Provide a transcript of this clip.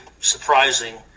surprising